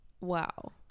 Wow